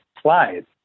slides